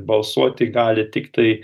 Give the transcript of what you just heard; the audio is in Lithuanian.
balsuoti gali tiktai